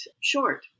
short